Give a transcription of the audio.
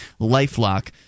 LifeLock